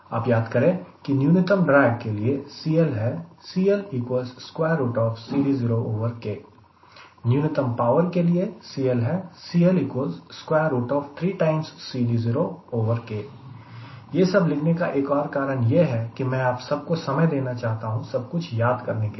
आप याद करें की न्यूनतम ड्रेग के लिए CL है न्यूनतम पावर के लिए CL है यह सब लिखने का एक और कारण यह है कि मैं आप सब को समय देना चाहता हूं सब कुछ याद करने के लिए